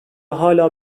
hala